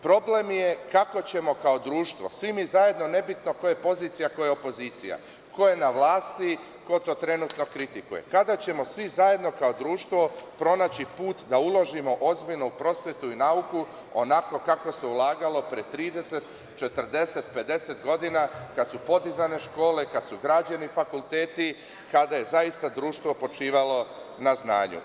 Problem je kada ćemo kao društvo, svi mi zajedno, nebitno ko je pozicija, ko je opozicija, ko je na vlasti, ko to trenutno kritikuje, pronaći put da uložimo ozbiljno u prosvetu i nauku onako kako se ulagalo pre 30, 40, 50 godina, kada su podizane škole, kada su građeni fakulteti, kada je zaista društvo počivalo na znanju.